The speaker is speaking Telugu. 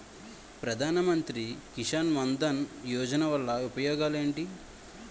ప్రధాన మంత్రి కిసాన్ మన్ ధన్ యోజన వల్ల ఉపయోగాలు ఏంటి?